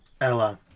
Ella